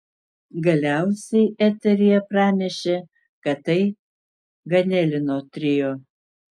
galiausiai eteryje pranešė kad tai ganelino trio